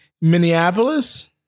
Minneapolis